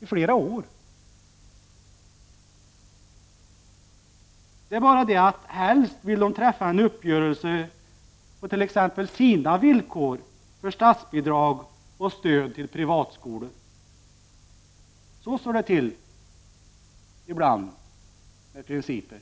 i flera år. Det är bara det att de helst vill träffa en uppgörelse på sina villkor för statsbidrag och stöd till privatskolor. Så står det till ibland med principer.